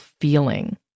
feeling